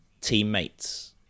teammates